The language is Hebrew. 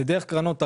היא דרך קרנות הריט.